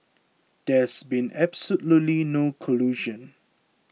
there's been absolutely no collusion